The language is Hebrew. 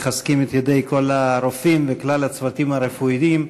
מחזקים את ידי כל הרופאים וכלל הצוותים הרפואיים.